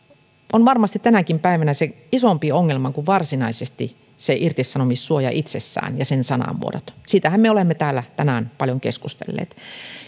on varmasti tänäkin päivänä se isompi ongelma kuin varsinaisesti se irtisanomissuoja itsessään ja sen sanamuodot siitähän me olemme täällä tänään paljon keskustelleet